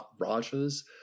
Rajas